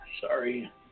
sorry